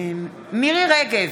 מירי מרים רגב,